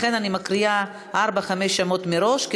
לכן אני מקריאה ארבעה-חמישה שמות מראש,